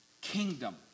kingdom